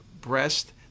breast